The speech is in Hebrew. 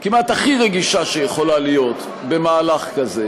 כמעט הכי רגישה שיכולה להיות במהלך כזה,